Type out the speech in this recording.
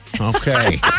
Okay